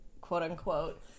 quote-unquote